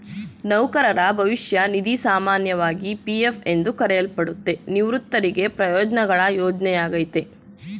ನೌಕರರ ಭವಿಷ್ಯ ನಿಧಿ ಸಾಮಾನ್ಯವಾಗಿ ಪಿ.ಎಫ್ ಎಂದು ಕರೆಯಲ್ಪಡುತ್ತೆ, ನಿವೃತ್ತರಿಗೆ ಪ್ರಯೋಜ್ನಗಳ ಯೋಜ್ನೆಯಾಗೈತೆ